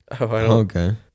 Okay